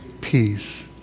peace